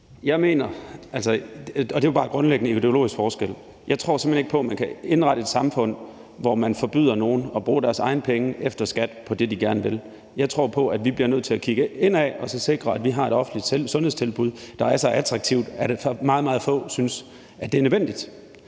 Melson (V): Det er bare en grundlæggende, ideologisk forskel. Jeg tror simpelt hen ikke på, at man kan indrette et samfund, hvor man forbyder nogen at bruge deres egne penge efter skat på det, de gerne vil. Jeg tror på, at vi bliver nødt til at kigge indad og sikre, at vi har et offentligt sundhedstilbud, der er så attraktivt, at meget, meget få synes, det er nødvendigt.